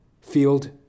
field